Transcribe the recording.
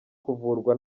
kuvurwa